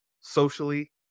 Socially